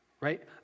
right